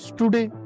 today